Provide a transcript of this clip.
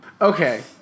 Okay